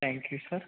thank you sir